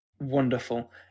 wonderful